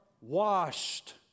washed